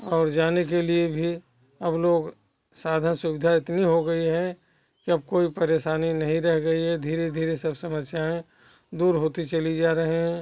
और जाने के लिए भी अब लोग साधन सुविधा इतनी हो गईं हैं कि अब कोई परेशानी नहीं रह गई है धीरे धीरे सब समस्याएँ दूर होती चली जा रहें हैं